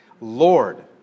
Lord